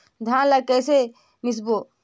धान ला कइसे मिसबो?